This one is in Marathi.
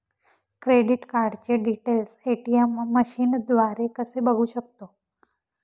क्रेडिट कार्डचे डिटेल्स ए.टी.एम मशीनद्वारे कसे बघू शकतो?